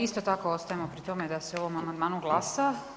Isto tako ostajemo pri tome da se o ovome amandmanu glasa.